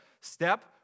step